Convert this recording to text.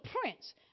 prince